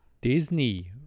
Disney